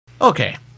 Okay